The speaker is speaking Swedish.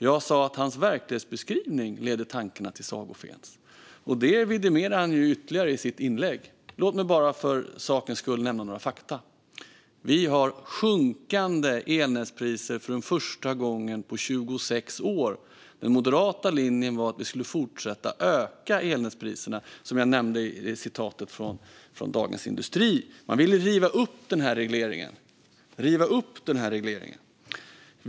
Jag sa att hans verklighetsbeskrivning ledde tankarna till sagofens. Detta vidimerade han ytterligare i sitt inlägg. Låt mig för sakens skull nämna några fakta. Sverige har sjunkande elnätspriser för första gången på 26 år. Den moderata linjen var att vi skulle fortsätta höja elnätspriserna, enligt citatet jag nämnde från Dagens industri. Man ville riva upp denna reglering.